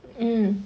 mm